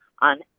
on